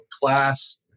Class